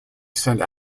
send